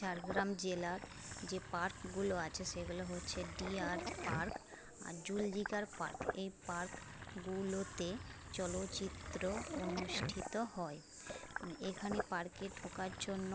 ঝাড়গ্রাম জেলার যে পার্কগুলো আছে সেগুলো হচ্ছে ডিয়ার পার্ক আর জুলজিকাল পার্ক এই পার্কগুলোতে চলচ্চিত্র অনুষ্ঠিত হয় এখানে পার্কে ঢোকার জন্য